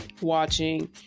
watching